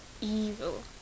evil